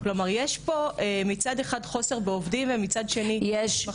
יש פה מצד אחד חוסר בעובדים ומצד שני מחסור